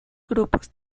grupos